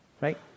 right